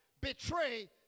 betray